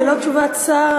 ללא תשובת שר,